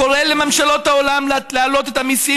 קוראת לממשלות העולם להעלות את המיסים